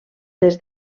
des